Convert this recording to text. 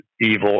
evil